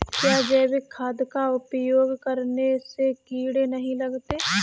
क्या जैविक खाद का उपयोग करने से कीड़े नहीं लगते हैं?